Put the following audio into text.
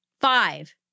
Five